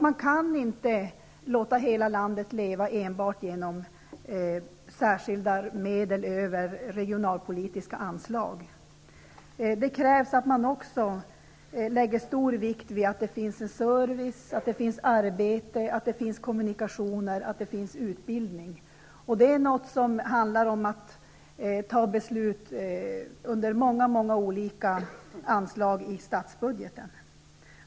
Man kan inte låta hela landet leva enbart genom särskilda medel över regionalpolitiska anslag. Det krävs att man också lägger stor vikt vid att det finns service, arbete, kommunikationer och utbildning. Det handlar här om beslut under många olika anslag i statsbudgeten.